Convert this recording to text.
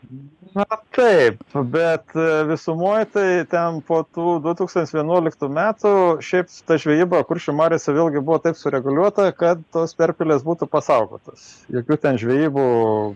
na taip bet visumoj tai ten po tų du tūkstantis vienuoliktų metų šiaip su ta žvejyba kuršių mariose vėlgi buvo taip sureguliuota kad tos perpelės būtų pasaugotos jokių ten žvejybų